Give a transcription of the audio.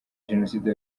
jenoside